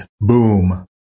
boom